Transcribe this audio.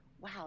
wow